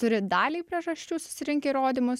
turi daliai priežasčių susirinkę įrodymus